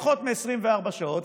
פחות מ-24 שעות,